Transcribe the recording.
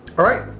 alright,